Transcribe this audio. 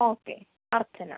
okay Archana